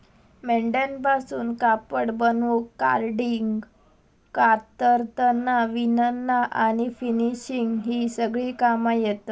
मेंढ्यांपासून कापड बनवूक कार्डिंग, कातरना, विणना आणि फिनिशिंग ही सगळी कामा येतत